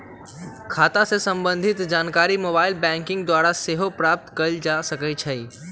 खता से संबंधित जानकारी मोबाइल बैंकिंग द्वारा सेहो प्राप्त कएल जा सकइ छै